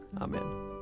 Amen